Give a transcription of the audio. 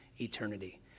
eternity